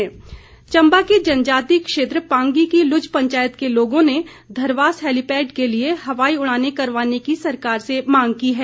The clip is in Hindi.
मांग चम्बा के जनजातीय क्षेत्र पांगी की लुज पंचायत के लोगों ने धरवास हैलीपैड के लिए हवाई उड़ानें करवाने की सरकार से मांग की है